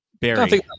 Barry